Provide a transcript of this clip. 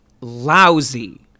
lousy